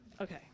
Okay